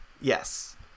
Yes